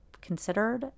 considered